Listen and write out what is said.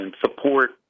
support